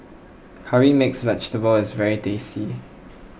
Curry Mixed Vegetable is very tasty